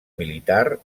militar